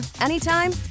anytime